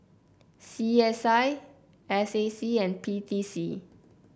C S I S A C and P T C